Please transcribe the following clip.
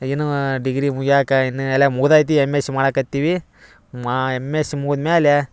ಏನು ಡಿಗ್ರಿ ಮುಗ್ಯಾಕ್ಕೆ ಇನ್ನು ಎಲ್ಲ ಮುಗ್ದೈತಿ ಎಮ್ ಎಸ್ಸಿ ಮಾಡಕತ್ತೀವಿ ಮಾ ಎಮ್ ಎಸ್ಸಿ ಮುಗುದ್ಮ್ಯಾಲೆ